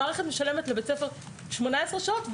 המערכת משלמת לבית הספר 18 שעות,